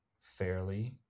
fairly